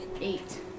Eight